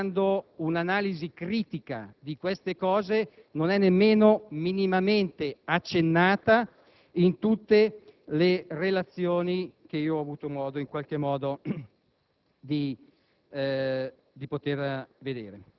in questa situazione, soprattutto quando un'analisi critica di certi elementi non è minimamente accennata in tutte le relazioni che ho avuto modo